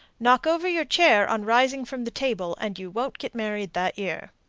knock over your chair on rising from the table, and you won't get married that year.